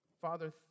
Father